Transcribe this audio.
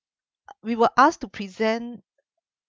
we were asked to present